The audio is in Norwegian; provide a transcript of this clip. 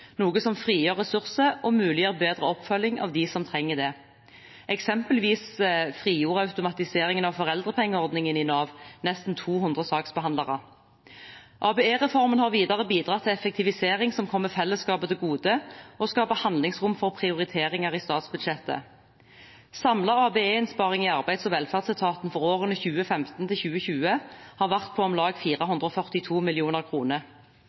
noe som frigjør ressurser og muliggjør bedre oppfølging av dem som trenger det. Eksempelvis frigjorde automatiseringen av foreldrepengeordningen i Nav nesten 200 saksbehandlere. ABE-reformen har videre bidratt til effektivisering som kommer fellesskapet til gode og skaper handlingsrom for prioriteringer i statsbudsjettet. Samlet ABE-innsparing i arbeids- og velferdsetaten for årene 2015–2020 har vært på om lag